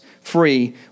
free